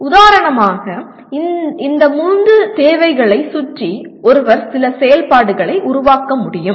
உதாரணமாக இந்த மூன்று தேவைகளைச் சுற்றி ஒருவர் சில செயல்பாடுகளை உருவாக்க முடியும்